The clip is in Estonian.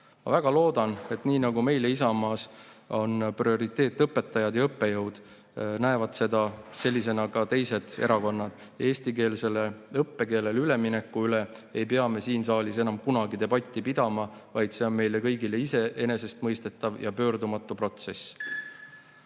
väga loodan, et nii nagu meile Isamaas on prioriteet õpetajad ja õppejõud, näevad seda sellisena ka teised erakonnad, ja et eesti õppekeelele ülemineku üle ei pea me siin saalis enam kunagi debatti pidama, vaid see on meile kõigile iseenesestmõistetav ja pöördumatu